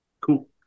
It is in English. cool